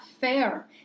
fair